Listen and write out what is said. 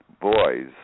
boys